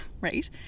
right